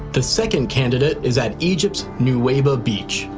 the second candidate is at egypt's nuweiba beach.